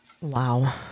Wow